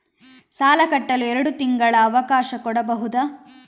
ಸಾಲ ಕಟ್ಟಲು ಎರಡು ತಿಂಗಳ ಅವಕಾಶ ಕೊಡಬಹುದಾ?